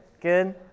good